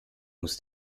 muss